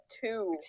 two